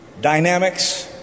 dynamics